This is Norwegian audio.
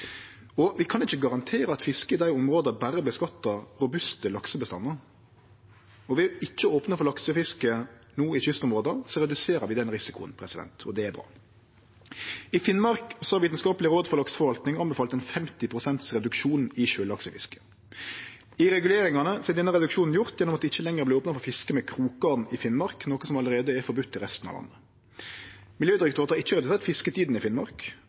Vi kan ikkje garantere at fiske i dei områda berre skattlegg robuste laksebestandar. Ved ikkje å opne for laksefiske no i kystområda, reduserer vi den risikoen. Det er bra. I Finnmark har Vitenskapelig råd for lakseforvaltning anbefalt ei 50 pst. reduksjon i sjølaksefisket. I reguleringane er denne reduksjonen gjort gjennom at det ikkje lenger vert opna for fiske med krokgarn i Finnmark, noko som allereie er forbode i resten av landet. Miljødirektoratet har ikkje redusert fisketidene i